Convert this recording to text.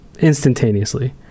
instantaneously